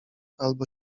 albo